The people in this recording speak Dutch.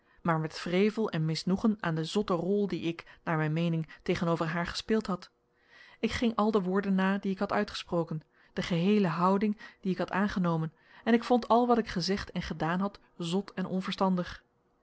maar met wrevel en misnoegen aan de zotte rol die ik naar mijn meening tegenover haar gespeeld had ik ging al de woorden na die ik had uitgesproken de geheele houding die ik had aangenomen en ik vond al wat ik gezegd en gedaan had zot en onverstandig